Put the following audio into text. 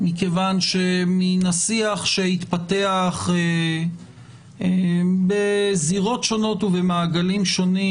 מכיוון שמן השיח שהתפתח בזירות שונות ובמעגלים שונים,